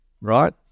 right